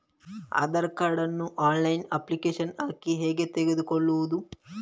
Aadhaar card ನ್ನು online application ಹಾಕಿ ಹೇಗೆ ತೆಗೆದುಕೊಳ್ಳುವುದು?